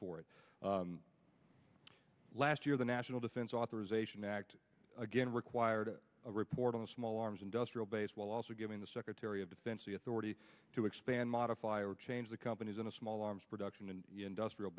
for last year the national defense authorization act again required a report on the small arms industrial base while also giving the secretary of defense the authority to expand modify or change the company's in a small arms production and industrial